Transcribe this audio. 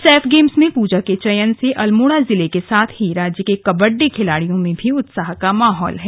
Saif games में पूजा के चयन से अल्मोड़ा जिले के सांथ ही राज्य के कबड्डी खिलाड़ियों में उत्साह का माहौल है